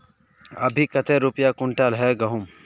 अभी कते रुपया कुंटल है गहुम?